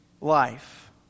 life